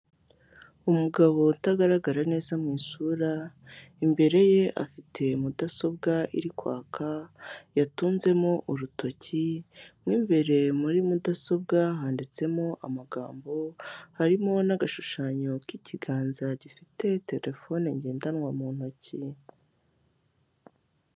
Umugabo utagaragara neza mu isura, imbere ye afite mudasobwa iri kwaka yatunzemo urutoki, mo ibereye muri mudasobwa handitsemo amagambo, harimo n'agashushanyo k'ikiganza gifite terefone ngendanwa mu ntoki.